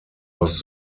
was